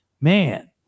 Man